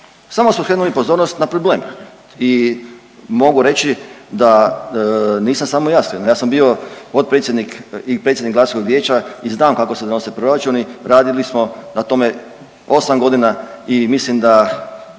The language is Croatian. Samo smo skrenuli pozornost na problem. I mogu reći da nisam samo ja skrenuo. Ja sam bio potpredsjednik i predsjednik Gradskog vijeća i znam kako se donose proračuni. Radili smo na tome 8 godina i mislim da